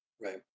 Right